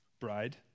bride